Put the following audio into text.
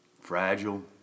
fragile